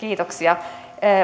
kiitoksia